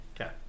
Okay